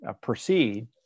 proceed